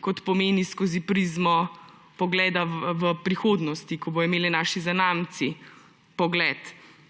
kot pomeni skozi prizmo pogleda v prihodnost, ko bodo imeli naši zanamci pogled.